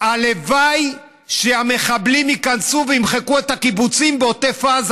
הלוואי שהמחבלים ייכנסו וימחקו את הקיבוצים בעוטף עזה,